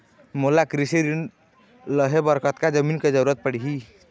मोला कृषि ऋण लहे बर कतका जमीन के जरूरत पड़ही?